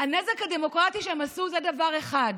הנזק הדמוקרטי שהם עשו זה דבר אחד,